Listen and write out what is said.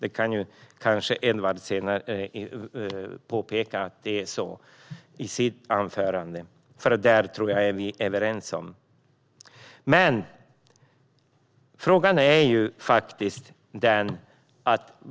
Edward Riedl kan ta upp detta senare i sitt anförande. Där är vi överens.